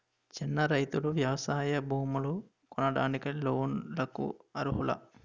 చిన్న రైతులు వ్యవసాయ భూములు కొనడానికి లోన్ లకు అర్హులా?